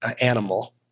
animal